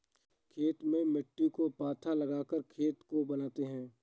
खेती में मिट्टी को पाथा लगाकर खेत को बनाते हैं?